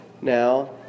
now